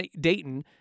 Dayton